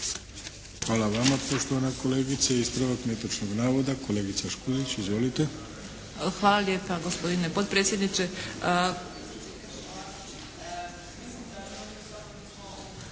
Hvala vama poštovana kolegice. Ispravaka netočnog navoda, kolegica Škulić. Izvolite. **Škulić, Vesna (SDP)** Hvala lijepa gospodine potpredsjedniče.